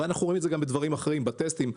אנחנו רואים את זה גם בדברים אחרים, בטסטים.